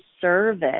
service